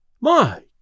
My